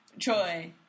Troy